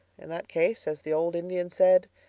in that case, as the old indian said,